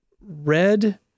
red